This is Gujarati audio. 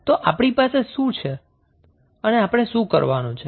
તો આપણી પાસે શું છે અને આપણે શું કરવાનું છે